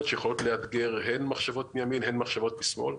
שיכולות לאתגר הן מחשבות מימין והן מחשבות משמאל.